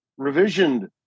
revisioned